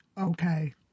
Okay